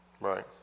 Right